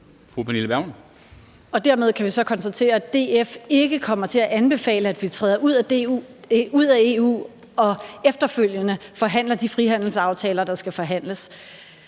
så dermed konstatere, at DF ikke kommer til at anbefale, at vi træder ud af EU og efterfølgende forhandler de frihandelsaftaler, der skal forhandles.